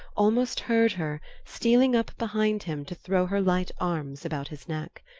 almost heard her, stealing up behind him to throw her light arms about his neck.